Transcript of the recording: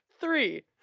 three